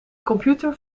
computer